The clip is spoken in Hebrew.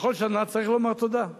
בכל שנה צריך לומר תודה.